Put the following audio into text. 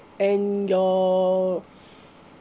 and your